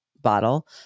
bottle